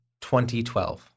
2012